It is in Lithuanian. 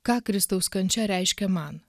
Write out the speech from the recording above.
ką kristaus kančia reiškia man